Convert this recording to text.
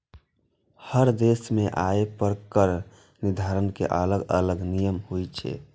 हर देश मे आय पर कर निर्धारण के अलग अलग नियम होइ छै